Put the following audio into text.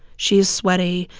she is sweaty,